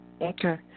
Okay